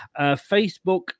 Facebook